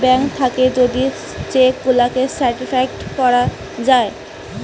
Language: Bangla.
ব্যাঙ্ক থাকে যদি চেক গুলাকে সার্টিফাইড করা যায়